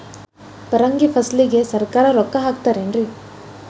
ಪರಂಗಿ ಫಸಲಿಗೆ ಸರಕಾರ ರೊಕ್ಕ ಹಾಕತಾರ ಏನ್ರಿ?